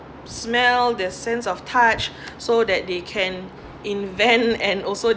smell the sense of touch so that they can invent and also